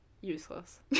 Useless